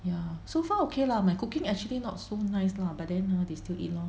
ya so far ok lah my cooking actually not so nice lah but then ha you know they still eat lor